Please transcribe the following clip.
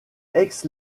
aix